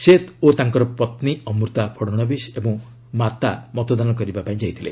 ସେ ଓ ତାଙ୍କର ପତ୍ନୀ ଅମୃତା ଫଡ଼ନବୀସ ଏବଂ ମା' ମତଦାନ କରିବାପାଇଁ ଯାଇଥିଲେ